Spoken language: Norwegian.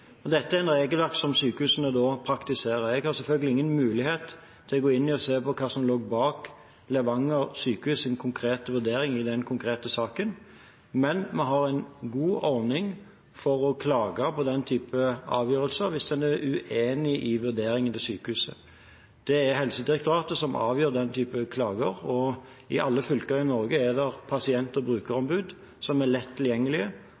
Dette er et regelverk som sykehusene praktiserer. Jeg har selvfølgelig ingen mulighet til å gå inn og se på hva som lå bak Levanger sykehus’ konkrete vurdering i den konkrete saken, men vi har en god ordning for å klage på den typen avgjørelser hvis en er uenig i sykehusets vurdering. Det er Helsedirektoratet som avgjør den typen klager, og i alle fylker i Norge er det pasient- og brukerombud som er lett tilgjengelige,